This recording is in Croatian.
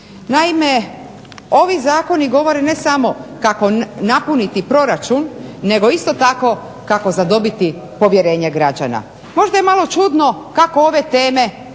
Naime, ovi zakoni govore ne samo kako napuniti proračun nego isto tako kako zadobiti povjerenje građana. Možda je malo čudno kako ove teme